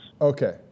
Okay